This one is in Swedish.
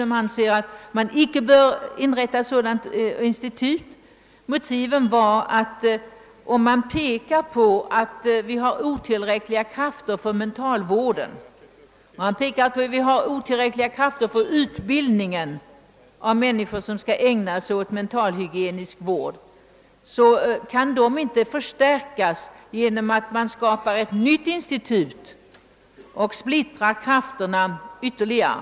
Motivet för vårt ställningstagande är att de krafter som nu finns på utbildningens område och de människor som skall ägna sig åt den mentalhygieniska vården är otillräckliga, och de förstärks inte genom inrättandet av ett nytt institut. Tvärtom splittras krafterna då ytterligare.